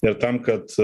ir tam kad